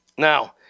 Now